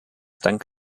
dank